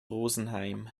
rosenheim